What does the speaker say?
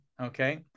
okay